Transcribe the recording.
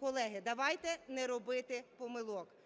Колеги, давайте не робити помилок.